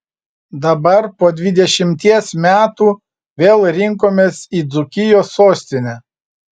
dabar po dvidešimties metų vėl rinkomės į dzūkijos sostinę